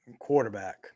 quarterback